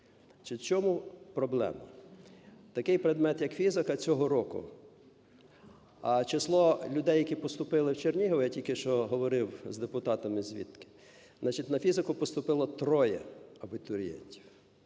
в чому проблема? Такий предмет, як фізика, цього року число людей, які поступили в Чернігові, я тільки що говорив з депутатами звідти, значить, на фізику поступило троє абітурієнтів,